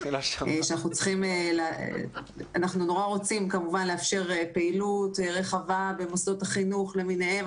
אנחנו רוצים מאוד לאפשר פעילות רחבה במוסדות החינוך למיניהם,